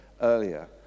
earlier